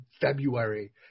February